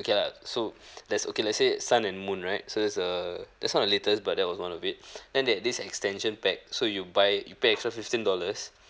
okay lah so that's okay lah let's say it's sun and moon right so that's err that's not the latest but that was one of it then they had this extension pack so you buy you pay extra fifteen dollars